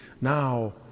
now